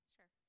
Sure